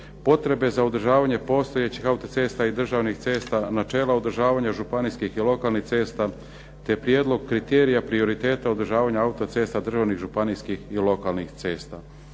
potrebe za održavanje postojećih autocesta i državnih cesta, načela održavanja županijskih i lokalnih cesta, te prijedlog kriterija prioriteta autocesta, državni, županijskih i lokalnih cesta.